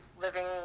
living